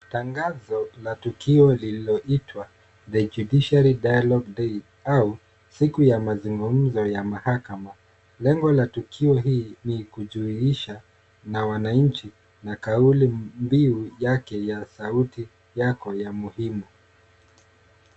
Tangazo la tukio lililoitwa The Judiciary Dialogue Day au siku ya mazungumzo ya mahakama. Lengo la tukio hii ni kujihusisha na wananchi na kauli mbiu yake ya sauti yako ya muhimu.